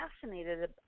fascinated